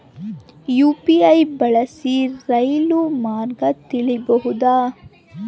UPI ಬಳಸಿ ರೈಲು ಮಾರ್ಗ ತಿಳೇಬೋದ?